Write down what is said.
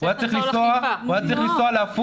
הוא היה צריך לנסוע לעפולה,